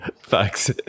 facts